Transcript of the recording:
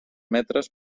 metres